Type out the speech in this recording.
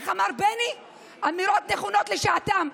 איך אמר בני: אמירות נכונות לשעתן.